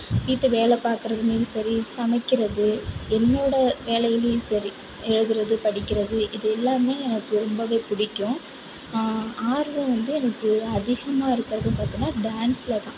வீட்டு வேலை பார்க்கறதுலியும் சரி சமைக்கிறது என்னோட வேலையையும் சரி எழுதுவது படிக்கிறது இது எல்லாமே எனக்கு ரொம்பவே பிடிக்கும் ஆர்வம் வந்து எனக்கு அதிகமாக இருக்கிறதுன் பார்த்தின்னா டான்ஸ்சில் தான்